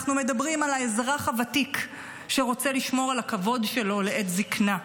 אנחנו מדברים על האזרח הוותיק שרוצה לשמור על הכבוד שלו לעת זקנה.